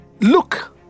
Look